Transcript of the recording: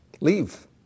Leave